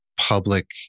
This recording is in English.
public